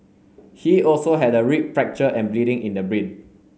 he also had a rib fracture and bleeding in the brain